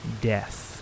Death